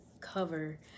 cover